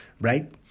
right